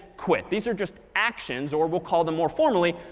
quit these are just actions, or we'll call them more formally,